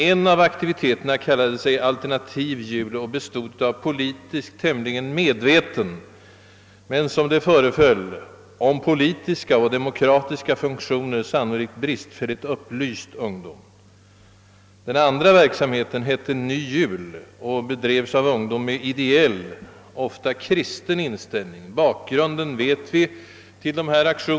En av aktivitetsgrupperna kallade sig »Al ternativ jul» och bestod av politiskt tämligen medveten men som det föreföll om politiska och demokratiska funktioner sannolikt bristfälligt upplyst ungdom. Den andra gruppen hette »Ny jul» och bestod av ungdom med ideell, ofta kristen inställning. Bakgrunden till aktionerna vet vi.